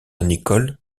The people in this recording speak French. nicholl